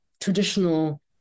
traditional